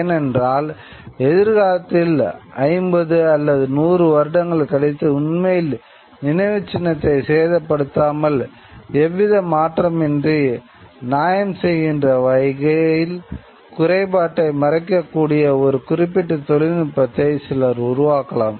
ஏனென்றால் எதிர்காலத்தில் 50 அல்லது 100 வருடங்கள் கழித்து உண்மையில் நினைவுச்சின்னத்தை சேதப்படுத்தாமல் எவ்வித மாற்றமின்றி நியாயம் செய்யகின்ற வகையில் குறைபாட்டை மறைக்கக் கூடிய ஒரு குறிப்பிட்ட தொழில்நுட்பத்தை சிலர் உருவாக்கலாம்